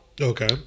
okay